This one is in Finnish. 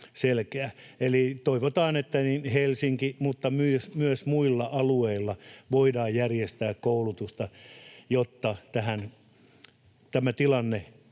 Eli toivotaan, että Helsingissä mutta myös muilla alueilla voidaan järjestää koulutusta, jotta tämä tilanne